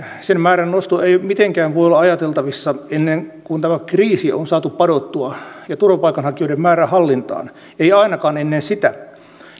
sen määrän nosto ei mitenkään voi olla ajateltavissa ennen kuin tämä kriisi on saatu padottua ja turvapaikanhakijoiden määrä hallintaan ei ainakaan ennen sitä